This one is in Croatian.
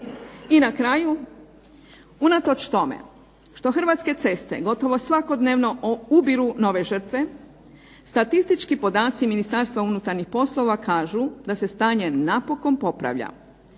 I na kraju, unatoč tome što Hrvatske ceste gotovo svakodnevno ubiru nove žrtve, statistički podaci Ministarstva unutarnjih poslova da se stanje napokon popravlja.